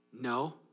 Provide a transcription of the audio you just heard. No